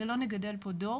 שלא נגדל פה דור